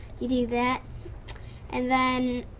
you do that and then